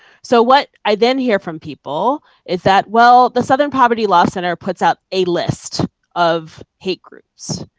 so what i then hear from people is that, well, the southern poverty law center puts out a list of hate groups.